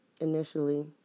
initially